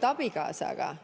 abikaasaga